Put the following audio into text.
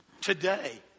today